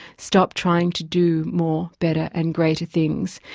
stop trying to do more, better and greater things.